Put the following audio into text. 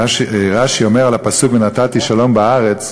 רש"י אומר על הפסוק "ונתתי שלום בארץ",